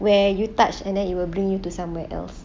where you touch and then it will bring you to somewhere else